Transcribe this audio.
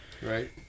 Right